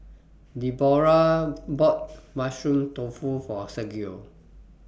Deborah bought Mushroom Tofu For Sergio